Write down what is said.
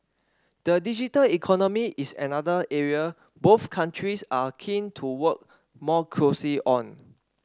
the digital economy is another area both countries are keen to work more closely on